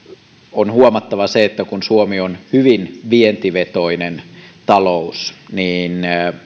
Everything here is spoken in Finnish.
on huomattava se että kun suomi on hyvin vientivetoinen talous